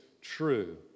true